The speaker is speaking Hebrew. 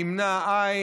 נמנעים, אין.